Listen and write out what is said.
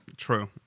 True